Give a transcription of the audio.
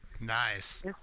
Nice